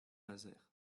nazaire